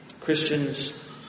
Christians